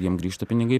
jiem grįžta pinigai